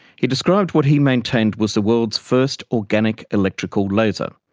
he described what he maintained was the world's first organic electrical laser,